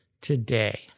today